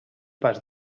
pas